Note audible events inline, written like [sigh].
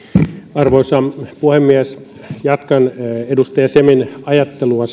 arvoisa puhemies jatkan edustaja semin ajattelua [unintelligible]